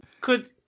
Could-